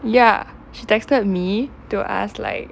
ya she texted me to ask like